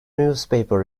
newspaper